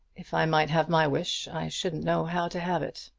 if i might have my wish, i shouldn't know how to have it.